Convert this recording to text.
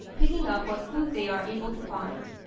picking up what food they are able to find.